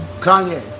Kanye